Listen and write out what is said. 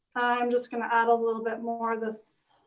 i'm just gonna add a little bit more of this